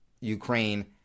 Ukraine